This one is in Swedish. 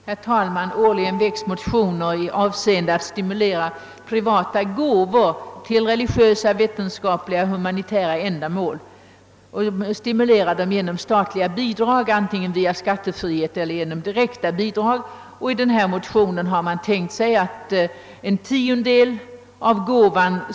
Herr talman! Varje år väcks det motioner om att genom skattefrihet eller direkta statliga bidrag stimulera privata gåvor till religiösa, vetenskapliga och humanitära ändamål. I den här motionen har man tänkt sig att staten skulle ge en tiondel av gåvan.